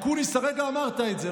אקוניס, הרגע אמרת את זה.